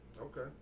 Okay